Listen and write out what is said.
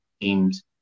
teams